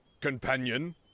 Companion